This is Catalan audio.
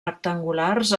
rectangulars